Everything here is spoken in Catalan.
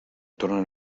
tornen